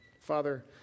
Father